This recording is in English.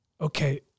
okay